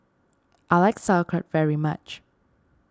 I like Sauerkraut very much